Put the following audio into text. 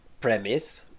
premise